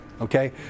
okay